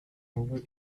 over